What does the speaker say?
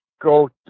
go